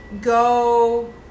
go